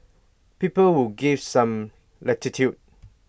people will give some latitude